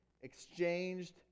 exchanged